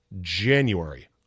January